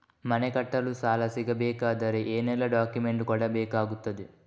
ಮನೆ ಕಟ್ಟಲು ಸಾಲ ಸಿಗಬೇಕಾದರೆ ಏನೆಲ್ಲಾ ಡಾಕ್ಯುಮೆಂಟ್ಸ್ ಕೊಡಬೇಕಾಗುತ್ತದೆ?